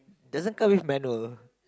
doesn't come with manual